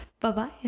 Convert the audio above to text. Bye-bye